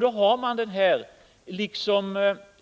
Då har man den här